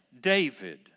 David